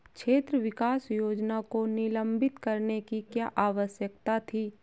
क्षेत्र विकास योजना को निलंबित करने की क्या आवश्यकता थी?